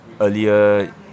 earlier